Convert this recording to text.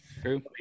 True